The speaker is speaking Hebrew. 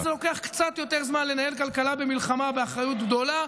ולכן זה לוקח קצת יותר זמן לנהל כלכלה במלחמה באחריות גדולה.